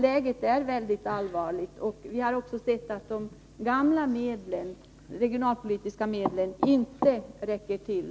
Läget är ju mycket allvarligt, och vi har sett att de vanliga regionalpolitiska medlen inte räcker till.